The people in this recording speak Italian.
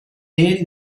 neri